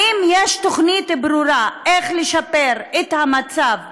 האם יש תוכנית ברורה איך לשפר את המצב בירושלים,